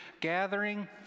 gathering